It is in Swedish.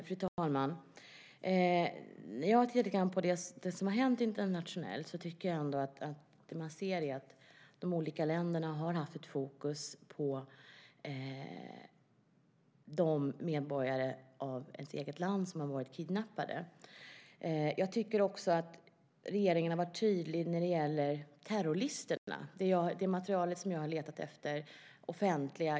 Fru talman! När jag har tittat lite grann på det som har hänt internationellt tycker jag ändå att det man ser är att de olika länderna har haft fokus på de medborgare från det egna landet som har varit kidnappade. Jag tycker också att regeringen har varit tydlig när det gäller terrorlistorna. Det material som jag har letat efter är offentligt.